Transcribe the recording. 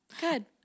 Good